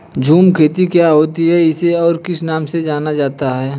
झूम खेती क्या होती है इसे और किस नाम से जाना जाता है?